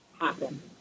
happen